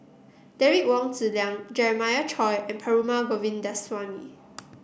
Derek Wong Zi Liang Jeremiah Choy and Perumal Govindaswamy